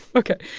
ok,